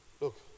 Look